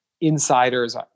insiders